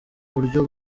uburyo